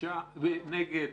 מי נגד?